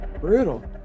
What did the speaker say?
brutal